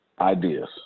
Ideas